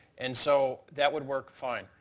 and so that would work fine.